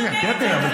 זו האסטרטגיה שלכם?